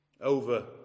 over